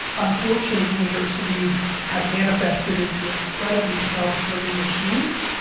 unfortunately, universities have manifested into incredibly self-serving machines,